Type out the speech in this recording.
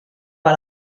pas